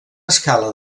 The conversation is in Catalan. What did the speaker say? escala